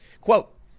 Quote